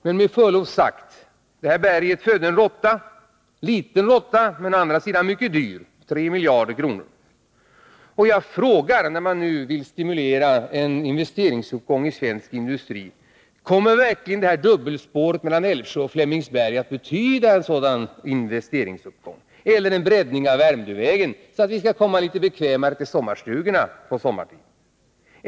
Men med förlov sagt: Berget födde en råtta — en liten men å andra sidan en mycket dyr råtta, 3 miljarder kronor. När man nu vill stimulera en investeringsuppgång i svensk industri, kommer verkligen ett dubbelspår mellan Älvsjö och Flemingsberg eller en breddning av Värmdövägen, för att vi på ett litet bekvämare sätt skall komma till sommarstugorna, att betyda en sådan investeringsuppgång?